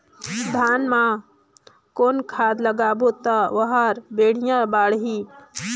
धान मा कौन खाद लगाबो ता ओहार बेडिया बाणही?